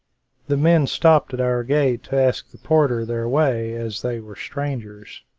the men stopped at our gate to ask the porter their way, as they were strangers.